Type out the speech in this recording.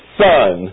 son